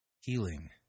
healing